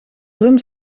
rum